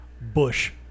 bush